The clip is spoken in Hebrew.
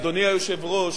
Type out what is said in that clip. אדוני היושב-ראש,